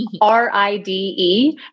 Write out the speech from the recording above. R-I-D-E